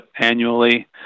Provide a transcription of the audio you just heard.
annually